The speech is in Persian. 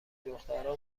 دخترها